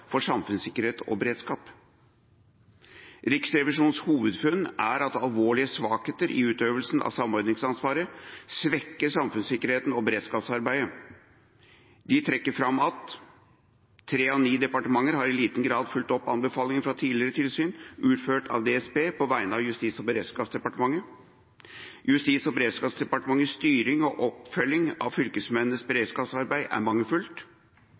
for samfunnssikkerhet og beredskap. Riksrevisjonens hovedfunn er at alvorlige svakheter i utøvelsen av samordningsansvaret svekker samfunnssikkerheten og beredskapsarbeidet. De trekker fram: Tre av ni departementer har i liten grad fulgt opp anbefalingene fra tidligere tilsyn utført av DSB på vegne av Justis- og beredskapsdepartementet. Justis- og beredskapsdepartementets styring og oppfølging av fylkesmennenes beredskapsarbeid er